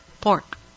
pork